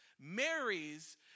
marries